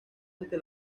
ante